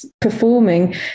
performing